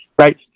right